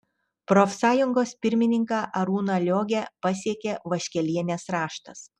profsąjungos pirmininką arūną liogę pasiekė vaškelienės raštas